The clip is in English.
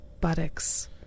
buttocks